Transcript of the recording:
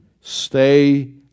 stay